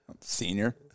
senior